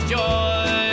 joy